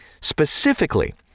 Specifically